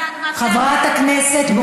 חברת הכנסת בוקר,